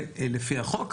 לפי החוק,